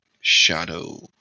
shadow